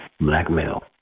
Blackmail